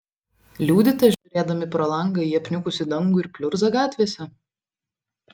liūdite žiūrėdami pro langą į apniukusį dangų ir pliurzą gatvėse